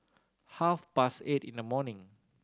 half past eight in the morning